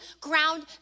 ground